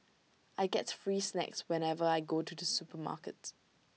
I get free snacks whenever I go to the supermarket